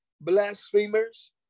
blasphemers